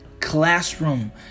classroom